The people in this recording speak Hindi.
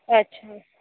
अच्छा